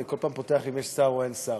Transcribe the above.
אני כל פעם פותח אם יש שר או אין שר.